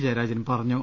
ജയരാജൻ പറഞ്ഞു